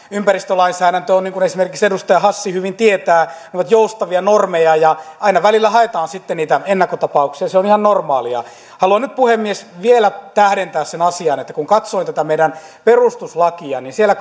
ympäristölainsäädännössä on niin kuin esimerkiksi edustaja hassi hyvin tietää joustavia normeja ja aina välillä haetaan sitten niitä ennakkotapauksia se on ihan normaalia haluan nyt puhemies vielä tähdentää sen asian että kun katsoin tätä meidän perustuslakia niin siellä